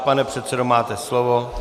Pane předsedo, máte slovo.